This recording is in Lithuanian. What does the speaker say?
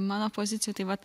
mano pozicija tai vat